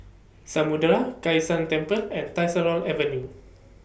Samudera Kai San Temple and Tyersall Avenue